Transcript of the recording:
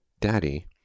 Daddy